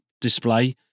display